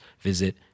visit